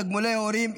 תגמולי הורים,